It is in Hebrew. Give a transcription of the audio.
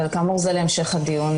כאמור, זה להמשך הדיון